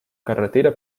carretera